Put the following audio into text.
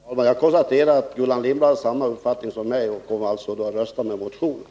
Fru talman! Jag konstaterar att Gullan Lindblad har samma uppfattning som jag och alltså kommer att rösta med motionen.